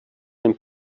den